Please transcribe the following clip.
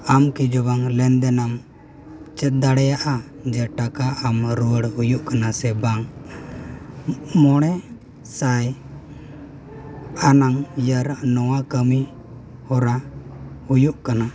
ᱟᱢ ᱠᱤ ᱡᱳᱵᱟᱝ ᱞᱮᱱᱫᱮᱱᱚᱢ ᱪᱮᱫ ᱫᱟᱲᱮᱭᱟᱜᱼᱟ ᱡᱮ ᱴᱟᱠᱟ ᱟᱢ ᱨᱩᱣᱟᱹᱲ ᱦᱩᱭᱩᱜ ᱠᱟᱱᱟ ᱥᱮ ᱵᱟᱝ ᱢᱚᱬᱮ ᱥᱟᱭ ᱟᱱᱟᱝ ᱤᱭᱟᱨ ᱱᱚᱣᱟ ᱠᱟᱹᱢᱤ ᱦᱚᱨᱟ ᱦᱩᱭᱩᱜ ᱠᱟᱱᱟ